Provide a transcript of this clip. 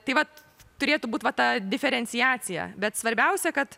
tai vat turėtų būti va ta diferenciacija bet svarbiausia kad